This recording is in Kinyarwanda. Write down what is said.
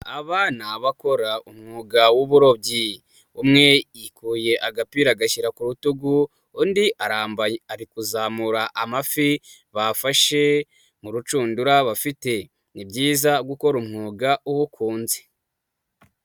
Aba ni abakora umwuga w'uburobyi, umwe yikuye agapira agashyira ku rutugu, undi arambaye bari kuzamura amafi bafashe mu rushundura bafite. Ni byiza gukora umwuga uwukunze.